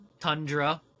Tundra